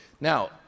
Now